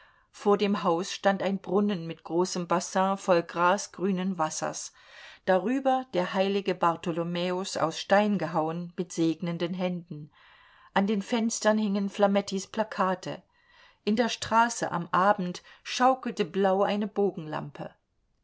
vor dem haus stand ein brunnen mit großem bassin voll grasgrünen wassers darüber der heilige bartholomäus aus stein gehauen mit segnenden händen an den fenstern hingen flamettis plakate in der straße am abend schaukelte blau eine bogenlampe